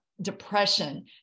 depression